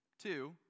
Two